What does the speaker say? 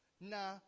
na